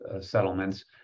settlements